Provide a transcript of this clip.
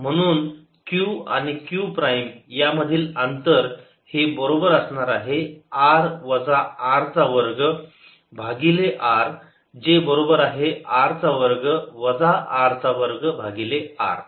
म्हणून q आणि q prime यामधील अंतर हे बरोबर असणार आहे r वजा R चा वर्ग भागिले r जे बरोबर आहे r चा वर्ग वजा R चा वर्ग भागिले r